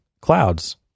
clouds